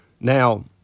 Now